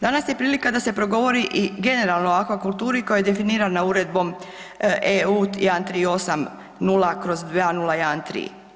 Danas je prilika da se progovori i generalno o akvakulturi koja je definirana uredbom EU 1380/2013.